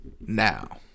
now